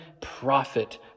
prophet